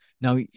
Now